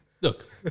Look